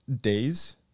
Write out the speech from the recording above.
days